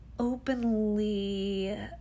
openly